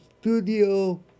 studio